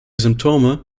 symptome